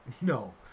No